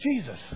Jesus